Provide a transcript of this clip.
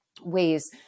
ways